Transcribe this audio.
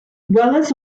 welles